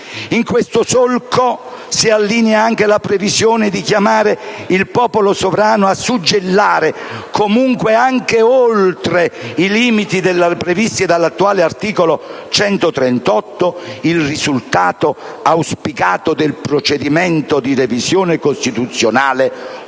In questo solco si allinea anche la previsione di chiamare il popolo sovrano a suggellare comunque, anche oltre i limiti previsti dall'attuale articolo 138, il risultato auspicato del procedimento di revisione costituzionale,